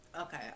Okay